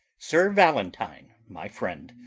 sir valentine, my friend,